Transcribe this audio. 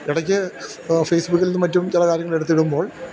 ഇടയ്ക്ക് ഫേസ്ബുക്കിൽന്നും മറ്റും ചില കാര്യങ്ങൾ എടുത്തിടുമ്പോൾ